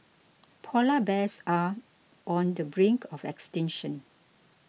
Polar Bears are on the brink of extinction